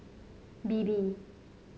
Bebe